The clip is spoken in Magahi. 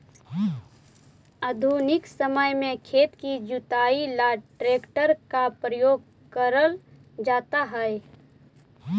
आधुनिक समय में खेत की जुताई ला ट्रैक्टर का प्रयोग करल जाता है